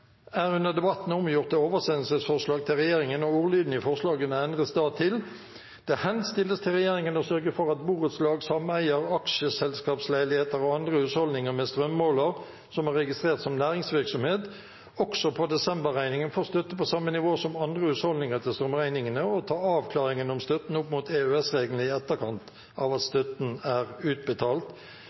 er under debatten omgjort til oversendelsesforslag. Forslag nr. 3 lyder i endret form: «Det henstilles til regjeringen å sørge for at borettslag, sameier, aksjeselskapsleiligheter og andre husholdninger med strømmåler som er registrert som næringsvirksomhet, også på desember-regningen får støtte på samme nivå som andre husholdninger til strømregningene, og ta avklaringen om støtten opp mot EØS-reglene i etterkant av at støtten er utbetalt.»